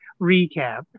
recap